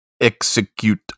Execute